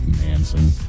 Manson